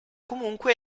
comunque